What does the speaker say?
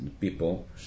people